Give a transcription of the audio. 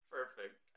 Perfect